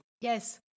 Yes